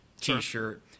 t-shirt